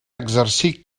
exercir